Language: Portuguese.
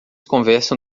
conversam